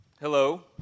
Hello